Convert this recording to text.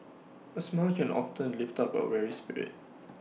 A smile can often lift up A weary spirit